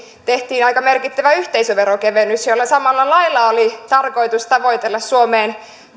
tehtiin aika merkittävä yhteisöverokevennys jolla samalla lailla oli tarkoitus tavoitella suomeen